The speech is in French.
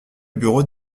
bureau